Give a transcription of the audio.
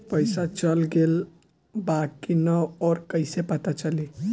पइसा चल गेलऽ बा कि न और कइसे पता चलि?